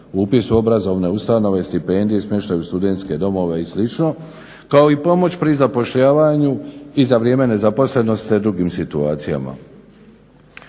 Upis u obrazovne ustanove, stipendije, smještaj u studenske domove i slično. Kao i pomoć pri zapošljavanju i za vrijeme nezaposlenosti i drugim situacijama.